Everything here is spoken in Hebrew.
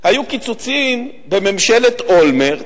היו קיצוצים בממשלת אולמרט,